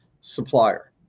supplier